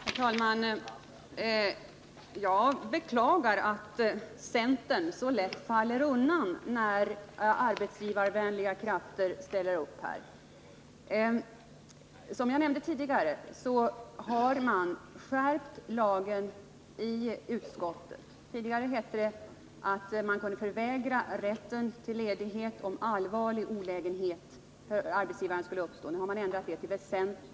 Herr talman! Jag beklagar att centern så lätt faller undan, när arbetsgivarvänliga krafter ställer upp här. Som jag nämnde tidigare har man skärpt lagförslaget i utskottet. Tidigare hette det att man kunde förvägra rätt till ledighet om ”allvarlig” olägenhet för arbetsgivaren skulle uppstå. I utskottets förslag är detta ändrat till ”väsentlig” olägenhet.